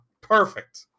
perfect